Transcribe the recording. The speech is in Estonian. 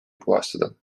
puhastada